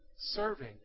Serving